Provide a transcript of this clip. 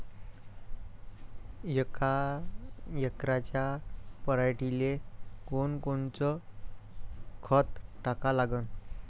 यका एकराच्या पराटीले कोनकोनचं खत टाका लागन?